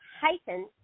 heightened